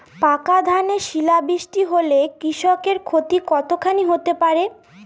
পাকা ধানে শিলা বৃষ্টি হলে কৃষকের ক্ষতি কতখানি হতে পারে?